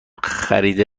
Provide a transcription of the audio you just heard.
خریده